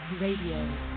Radio